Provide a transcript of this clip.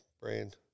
brand